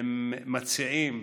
הם מציעים,